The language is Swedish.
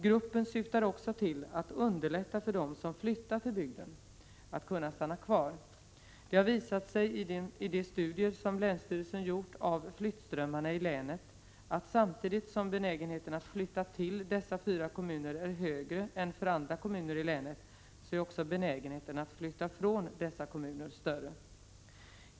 Gruppen syftar också till att underlätta för dem som flyttat till bygden att stanna kvar. Det har visat sig i de studier som länsstyrelsen gjort av flyttströmmarna i länet att samtidigt som benägenheten att flytta till dessa fyra kommuner är högre än för andra kommuner i länet är också benägenheten att flytta från dessa kommuner större.